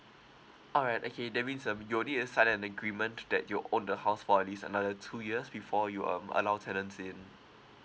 all right okay that means um you will need to sign an agreement to that you'll own the house for at least another two years before you um allow tenants in